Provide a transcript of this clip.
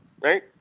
right